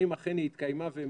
האם היא אכן התקיימה ומתקדמת.